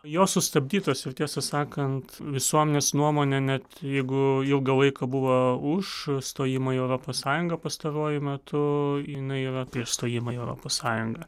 jos sustabdytos ir tiesą sakant visuomenės nuomonė net jeigu ilgą laiką buvo už stojimą į europos sąjungą pastaruoju metu jinai yra prieš stojimą į europos sąjungą